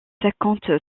cinquante